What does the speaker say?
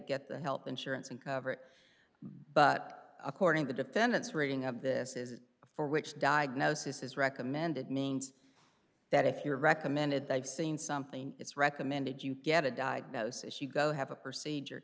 get the health insurance and cover it but according the defendant's reading of this is it for which diagnosis is recommended means that if your recommended they've seen something it's recommended you get a diagnosis you go have a procedure